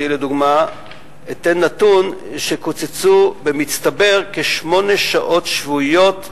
אתן נתון: בחינוך העל-יסודי קוצצו במצטבר כשמונה שעות שבועיות,